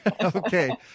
okay